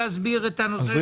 מי זה שיכול להסביר את הנושא?